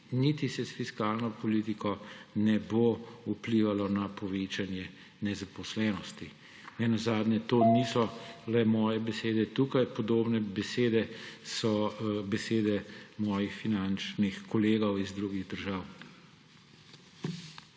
niti se s fiskalno politiko ne bo vplivalo na povečanje nezaposlenosti. Ne nazadnje to niso le moje besede tukaj. Podobne so besede mojih finančnih kolegov iz drugih držav.